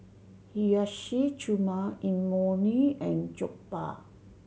Hiyashi Chuka Imoni and Jokbal